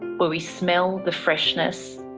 where we smell the freshness,